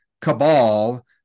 cabal